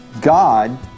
God